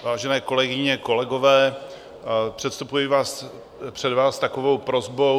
Vážené kolegyně, kolegové, předstupuji před vás s takovou prosbou.